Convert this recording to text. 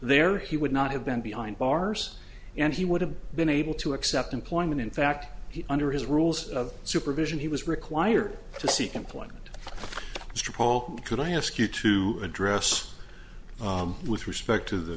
there he would not have been behind bars and he would have been able to accept employment in fact under his rules of supervision he was required to seek employment mr paul could i ask you to address with respect to the